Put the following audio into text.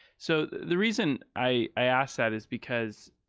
so the reason i asked that is because,